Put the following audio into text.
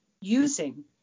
using